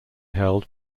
held